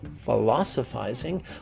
philosophizing